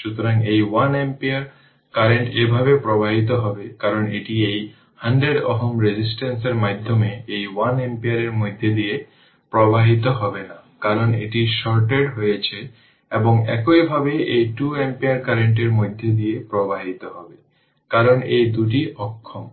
সুতরাং এই 1 ampere current এভাবে প্রবাহিত হবে কারণ এটি এই 100 Ω রেজিস্ট্যান্সের মাধ্যমে এই 1 অ্যাম্পিয়ারের মধ্য দিয়ে প্রবাহিত হবে না কারণ এটি শর্টেড হয়েছে এবং একইভাবে এই 2 অ্যাম্পিয়ার কারেন্ট এর মধ্য দিয়ে প্রবাহিত হবে কারণ এই দুটি অক্ষম